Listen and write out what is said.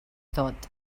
tot